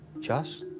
just.